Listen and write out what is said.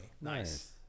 Nice